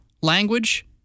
language